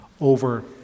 over